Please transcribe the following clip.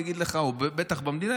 בטח במדינה,